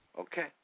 Okay